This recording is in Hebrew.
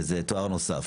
וזה תואר נוסף.